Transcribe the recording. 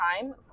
time